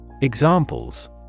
Examples